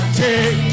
take